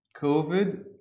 COVID